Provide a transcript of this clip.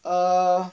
err